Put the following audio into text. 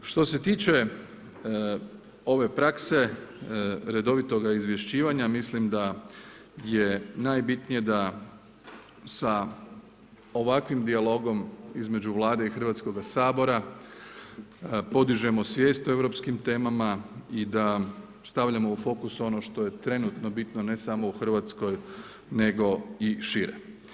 Što se tiče ove prakse, redovitoga izvješćivanja mislim da je najbitnije da sa ovakvim dijalogom između Vlade i Hrvatskoga sabora podižemo svijest o europskim temama i da stavljamo u fokus ono što je trenutno bitno ne samo u Hrvatskoj nego i šire.